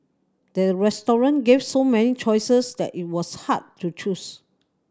the restaurant gave so many choices that it was hard to choose